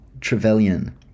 Trevelyan